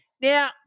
Now